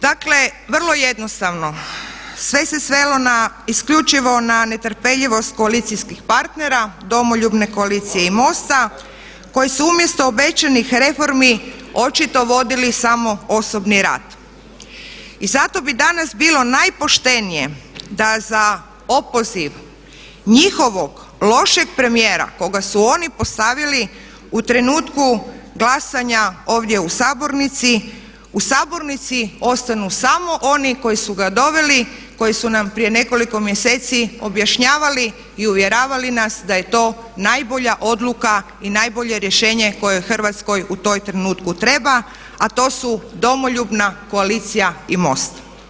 Dakle, vrlo jednostavno, sve se svelo isključivo na netrpeljivost koalicijskih partera Domoljubne koalicije i MOST-a koji su umjesto obećanih reformi očito vodili samo osobni rat i zato bi danas bilo najpoštenije da za opoziv njihovog lošeg premijera koga su oni postavili u trenutku glasanja ovdje u sabornici, u sabornici ostanu samo oni koji su ga doveli, koji su nam prije nekoliko mjeseci objašnjavali i uvjeravali nas da je to najbolja odluka i najbolje rješenje koje Hrvatskoj u tom trenutku treba a to su Domoljubna koalicija i MOST.